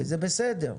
וזה בסדר.